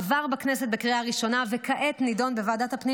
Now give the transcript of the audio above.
עבר בכנסת בקריאה ראשונה וכעת נדון בוועדת הפנים